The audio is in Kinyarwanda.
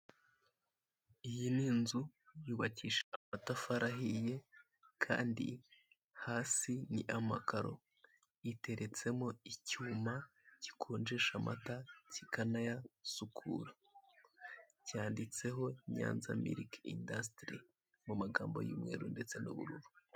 Iyi ni inzu yubakishije amatafari ahiye, kandi hasi ni amakaro iteretsemo icyuma gikonjesha amata cyikanayasukura, cyanditseho Nyanza milike indasitiri mu magambo y'umweru ndetse n'ubururu.